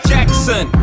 Jackson